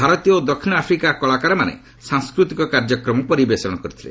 ଭାରତୀୟ ଓ ଦକ୍ଷିଣ ଆଫ୍ରିକା କଳାକାରମାନେ ସାଂସ୍କୃତିକ କାର୍ଯ୍ୟକ୍ରମ ପରିବେଷଣ କରିଥିଲେ